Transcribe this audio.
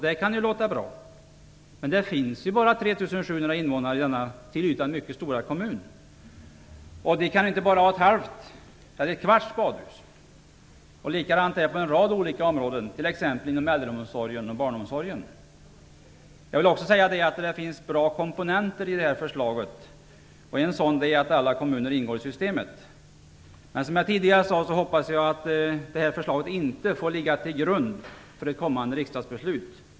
Det kan låta bra, men det finns bara 3 700 invånare i denna till ytan mycket stora kommun. Den kan inte bara ha ett halvt, eller ett kvarts, badhus. Likadant är det på en rad olika områden, t.ex. inom äldreomsorgen och barnomsorgen. Jag vill också säga att det finns bra komponenter i detta förslag. En sådan är att alla kommuner ingår i systemet, men som jag tidigare sade hoppas jag att detta förslag inte får ligga till grund för ett kommande riksdagsbeslut.